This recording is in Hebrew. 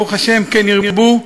ברוך השם, כן ירבו,